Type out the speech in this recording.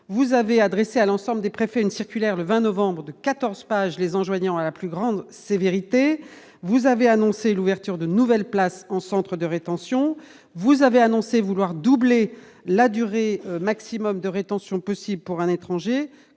vous avez adressé à l'ensemble des préfets une circulaire le 20 novembre de 14 pages les enjoignant à la plus grande sévérité, vous avez annoncé l'ouverture de nouvelles places en centre de rétention, vous avez annoncé vouloir doubler la durée maximum de rétention possible pour un étranger,